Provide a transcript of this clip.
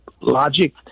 logic